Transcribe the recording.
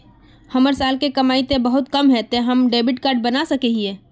हमर साल के कमाई ते बहुत कम है ते हम डेबिट कार्ड बना सके हिये?